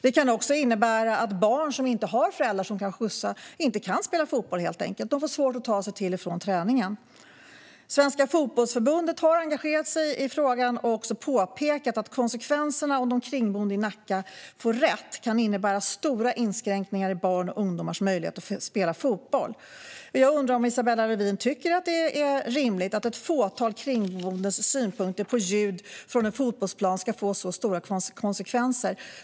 Det kan också innebära att barn som inte har föräldrar som kan skjutsa helt enkelt inte kan spela fotboll. De får svårt att ta sig till och från träningen. Svenska Fotbollförbundet har engagerat sig i frågan och påpekat att konsekvenserna om de kringboende i Nacka får rätt kan bli stora inskränkningar i barns och ungdomars möjlighet att spela fotboll. Jag undrar om Isabella Lövin tycker att det är rimligt att ett fåtal kringboendes synpunkter på ljud från en fotbollsplan ska få så stora konsekvenser.